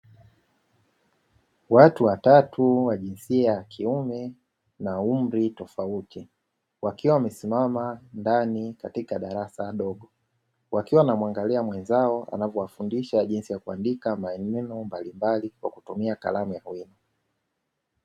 Watu watatu wa jinsia ya kiume na umri tofauti, wakiwa wamesimama ndani katika darasa dogo wakiwa wanamwangalia mwenzao anavyowafundisha jinsi ya kuandika maneno mbalimbali kwa kutumia kalamu ya bluu.